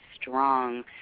strong